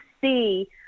see